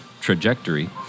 trajectory